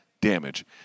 Damage